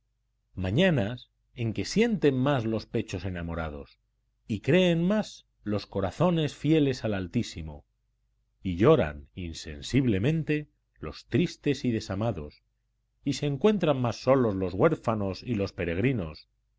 mañanas en que sienten más los pechos enamorados y creen más los corazones fieles al altísimo y lloran insensiblemente los tristes y desamados y se encuentran más solos los huérfanos y los peregrinos